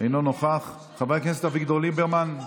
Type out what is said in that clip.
אינו נוכח, חבר הכנסת אביגדור ליברמן,